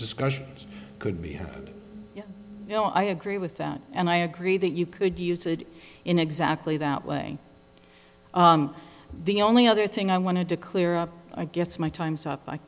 discussions could be happening no i agree with that and i agree that you could use it in exactly that way the only other thing i wanted to clear up i guess my time's up